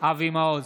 אבי מעוז,